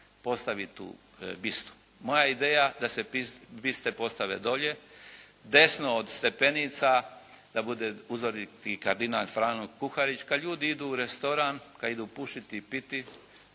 postavi tu bistu. Moja ideja da se biste postave dolje, desno od stepenica, da bude uzoriti kardinal Franjo Kuharić, kad ljudi idu u restoran, kad idu pušiti i piti